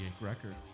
Records